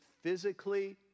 physically